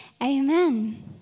Amen